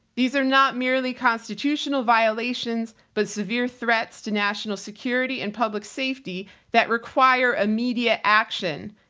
these are not merely constitutional violations, but severe threats to national security and public safety that require immediate action,